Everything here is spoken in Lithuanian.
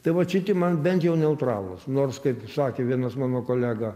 tai vat šiti man bent jau neutralūs nors kaip sakė vienas mano kolega